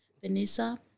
Vanessa